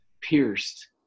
pierced